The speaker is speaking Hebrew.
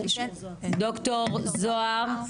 דוקטור זוהר,